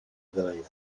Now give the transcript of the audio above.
ddweud